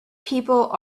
people